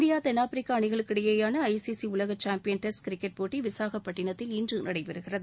India தென்னாப்பிரிக்கா அணிகளுக்கு இடையேயான ஐசிசி உலக சாம்பியன் டெஸ்ட் கிரிக்கெட் போட்டி விசாகபட்டிணத்தில் இன்று நடைபெறுகிறது